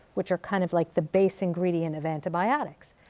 which are kind of like the base ingredient of antibiotics.